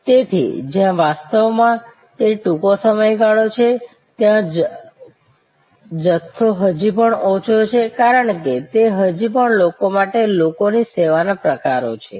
તેથી જ્યાં વાસ્તવમાં તે ટૂંકો સમયગાળો છે ત્યાં જથો હજી પણ ઓછો છે કારણ કે તે હજી પણ લોકો માટે લોકોની સેવાના પ્રકારો છે